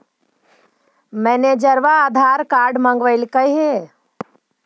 मैनेजरवा आधार कार्ड मगलके हे?